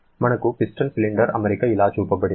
మనకు piston cylinder అమరిక ఇలా చూపబడింది